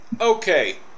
okay